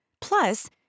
plus